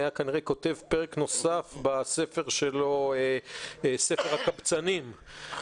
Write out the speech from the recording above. היה כנראה כותב פרק נוסף בספר שלו "ספר הקבצנים".